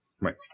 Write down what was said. Right